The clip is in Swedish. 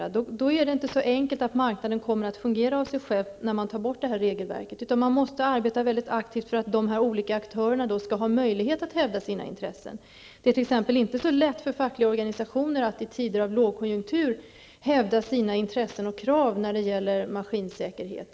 Utan regelverket är det inte så säkert att marknaden kommer att fungera av sig själv. Man måste arbeta mycket aktivt för att de olika aktörerna skall ha möjlighet att hävda sina intressen. Det är t.ex. inte så lätt för fackliga organisationer att en lågkonjunktur hävda sina intressen och krav när det gäller maskinsäkerhet.